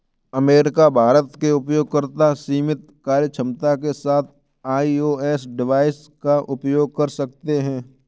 America, Bharat के उपयोगकर्ता सीमित कार्यक्षमता के साथ आई.ओ.एस डिवाइस का उपयोग कर सकते हैं